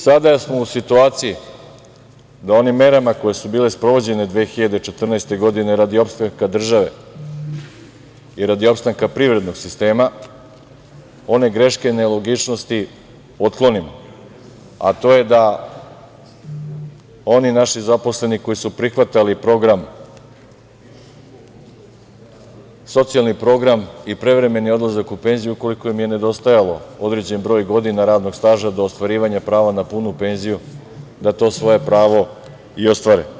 Sada smo u situaciji da onim merama koje su bile sprovođene 2014. godine radi opstanka države i radi opstanka privrednog sistema one greške nelogičnosti otklonimo, a to je da oni naši zaposleni koji su prihvatali socijalni program i prevremeni odlazak u penziju ukoliko im je nedostajao određeni broj godina radnog staža do ostvarivanja prava na punu penziju da to svoje pravo i ostvare.